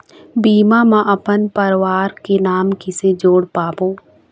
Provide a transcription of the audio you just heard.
बीमा म अपन परवार के नाम किसे जोड़ पाबो?